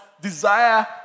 desire